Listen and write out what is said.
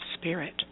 spirit